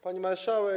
Pani Marszałek!